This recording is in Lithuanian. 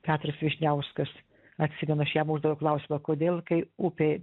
petras vyšniauskas atsimenu aš jam uždaviau klausimą kodėl kai upė